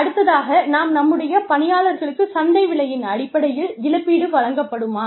அடுத்ததாக நாம் நம்முடைய பணியாளர்களுக்கு சந்தை விலையின் அடிப்படையில் இழப்பீடு வழங்கப்படுமா